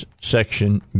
Section